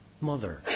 mother